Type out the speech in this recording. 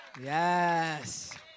Yes